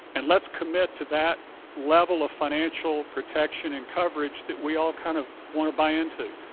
and let's commit to that level of financial protection and coverage that we all kind of want to buy into.